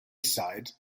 side